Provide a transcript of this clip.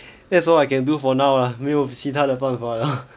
that's all I can do for now lah 没有其他的方法 liao